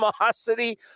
animosity